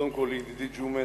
קודם כול, ידידי, ג'ומס,